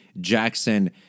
Jackson